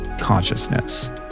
consciousness